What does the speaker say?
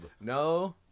No